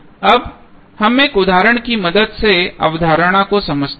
अब हम एक उदाहरण की मदद से अवधारणा को समझते हैं